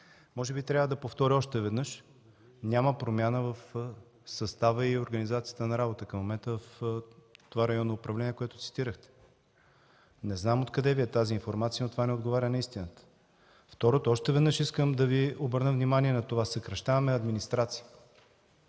може би трябва да повторя още веднъж – няма промяна в състава и организацията на работа към момента в това районно управление, което цитирахте. Не знам откъде Ви е тази информация, но това не отговаря на истината. Второ, още веднъж искам да Ви обърна внимание – съкращаваме администрация.